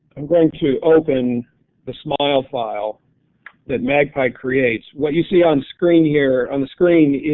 i'm going to open the smiol file that magpie creates. what you see on screen here, on the screen